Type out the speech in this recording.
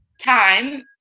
time